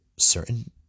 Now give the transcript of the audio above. certain